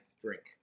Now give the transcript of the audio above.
drink